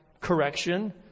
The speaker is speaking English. correction